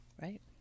Right